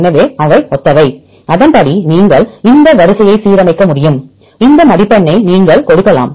எனவே அவை ஒத்தவை அதன்படி நீங்கள் இந்த வரிசையை சீரமைக்க முடியும் இந்த மதிப்பெண்ணை நீங்கள் கொடுக்கலாம்